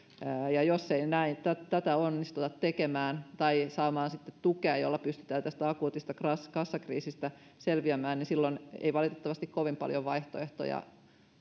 jos ei tätä onnistuta tekemään tai saamaan tukea jolla pystytään tästä akuutista kassakriisistä selviämään niin silloin ei valitettavasti kovin paljon vaihtoehtoja